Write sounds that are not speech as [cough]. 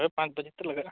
ᱦᱳᱭ ᱯᱟᱸᱪ ᱵᱟᱡᱮᱛᱚ ᱞᱟᱜᱟᱜᱼᱟ [unintelligible]